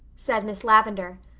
said miss lavendar.